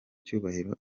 cyubahiro